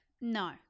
no